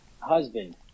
husband